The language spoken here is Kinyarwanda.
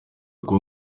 kuba